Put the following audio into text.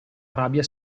arabia